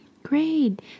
Great